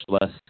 less